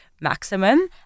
maximum